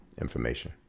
information